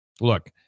Look